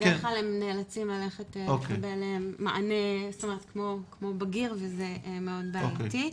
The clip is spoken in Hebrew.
בדרך כלל הם נאלצים לקבל מענה כמו בגיר וזה מאוד בעייתי.